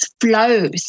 flows